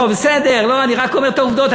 לא, בסדר, אני רק אומר את העובדות.